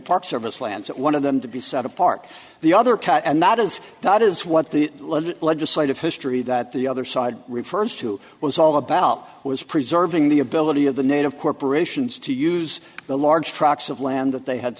park service lands one of them to be set apart the other cut and that is that is what the legislative history that the other side refers to was all about was preserving the ability of the native corporations to use the large tracts of land that they had